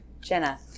Jenna